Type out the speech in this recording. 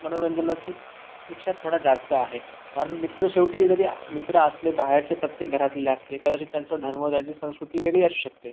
मनोरंजनाशी पेक्षा थोडा जास्त आहे कारण मित्र शेवटी जरी आ मित्र असले बाहेरचे प्रत्येक घरातले असले कदाचित त्यांचा धर्म त्यांची संस्कृती वेगळी असू शकते